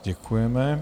Děkujeme.